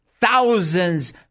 thousands